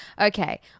Okay